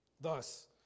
Thus